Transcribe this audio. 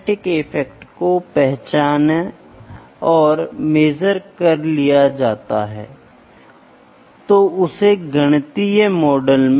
और बाद में आगे कोर्स में आप आनंद लेंगे क्योंकि हम कई उपकरणों को देखेंगे जो माप के लिए उपयोग किए जाते हैं